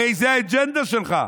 הרי זו האג'נדה שלך,